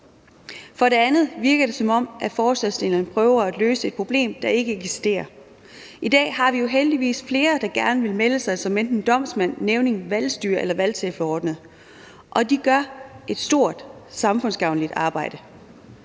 For det andet virker det, som om forslagsstillerne prøver at løse et problem, der ikke eksisterer. I dag har vi heldigvis flere, der gerne vil melde sig som enten domsmænd, nævninge, valgstyrere eller valgtilforordnede, og de gør et stort samfundsgavnligt arbejde,